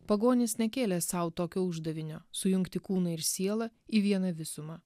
pagonys nekėlė sau tokio uždavinio sujungti kūną ir sielą į vieną visumą